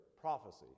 prophecy